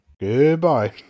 Goodbye